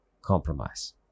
compromise